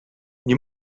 nie